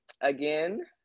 again